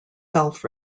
self